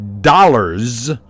dollars